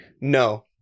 no